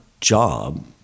job